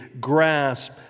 grasp